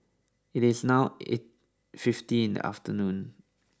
it is now eight fifty in the afternnoon